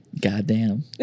Goddamn